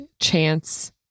chance